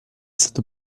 stato